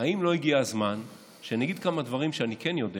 אם לא הגיע הזמן שאני אגיד כמה דברים שאני כן יודע